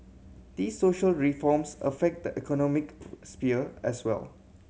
these social reforms affect the economic sphere as well